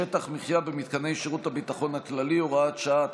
(שטח מחיה במתקני שירות הביטחון הכללי) (הוראת שעה),